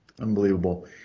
Unbelievable